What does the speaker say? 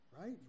right